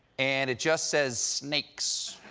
and it just says, snakes.